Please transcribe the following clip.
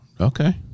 okay